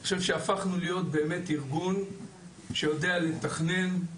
אני חושב שהפכנו להיות באמת ארגון שיודע לתכנן,